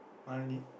Wani